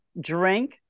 drink